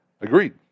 Agreed